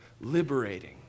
liberating